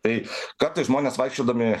tai kartais žmonės vaikščiodami